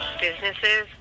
Businesses